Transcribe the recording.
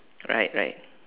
right right